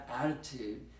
attitude